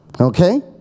Okay